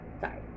Sorry